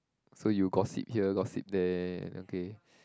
so you gossip here gossip there okay